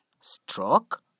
stroke